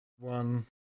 one